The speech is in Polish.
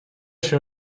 się